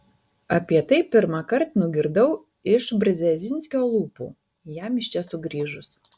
apie tai pirmąkart nugirdau iš brzezinskio lūpų jam iš čia sugrįžus